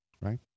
Right